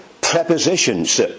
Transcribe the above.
prepositions